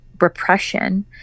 repression